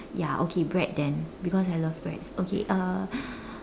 ya okay bread then because I love bread okay uh